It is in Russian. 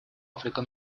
африка